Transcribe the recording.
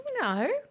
No